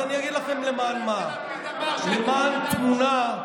אז אני אגיד לכם למען מה, למען תמונה,